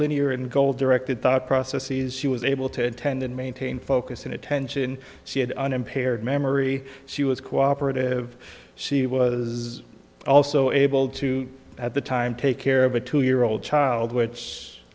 linear and goal directed thought processes she was able to attend and maintain focus and attention she had unimpaired memory she was cooperative she was also able to at the time take care of a two year old child which